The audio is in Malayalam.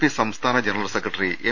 പി സംസ്ഥാന ജനറൽ സെക്രട്ടറി എം